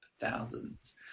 thousands